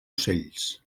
ocells